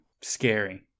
scary